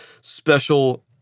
special